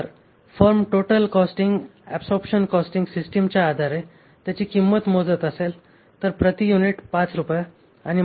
तर firm total costing absorption costing सिस्टीमच्या आधारे त्याची किंमत मोजत असेल तर प्रति युनिट 5 रुपये